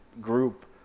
group